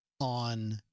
on